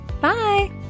Bye